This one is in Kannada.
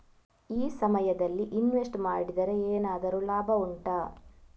ಈ ಸಮಯದಲ್ಲಿ ಇನ್ವೆಸ್ಟ್ ಮಾಡಿದರೆ ಏನಾದರೂ ಲಾಭ ಉಂಟಾ